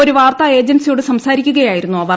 ഒരു വാർത്താ ഏജൻസിയോട് സംസാരിക്കുകയായിരുന്നു അവർ